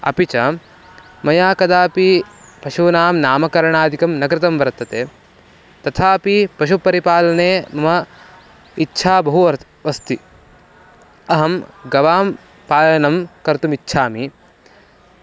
अपि च मया कदापि पशूनां नामकरणादिकं न कृतं वर्तते तथापि पशुपरिपालने मम इच्छा बहु वर् अस्ति अहं गवां पालनं कर्तुम् इच्छामि